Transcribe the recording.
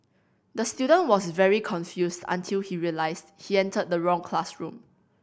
the student was very confused until he realised he entered the wrong classroom